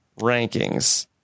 rankings